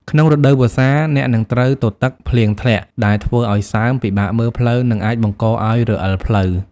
ក្នុងរដូវវស្សា អ្នកនឹងត្រូវទទឹក ភ្លៀងធ្លាក់ ដែលធ្វើឱ្យសើម ពិបាកមើលផ្លូវ និងអាចបង្កឱ្យរអិលផ្លូវ។